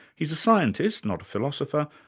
he's a scientist not a philosopher,